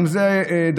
גם את זה דחו.